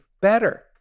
better